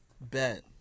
Bet